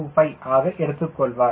25 ஆக எடுத்துக்கொள்வார்